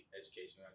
education